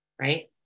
right